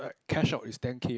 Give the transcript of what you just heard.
like cash out is ten K